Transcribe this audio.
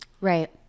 Right